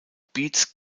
beats